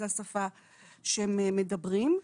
זו השפה שהם מדברים.